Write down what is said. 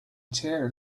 chair